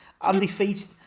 undefeated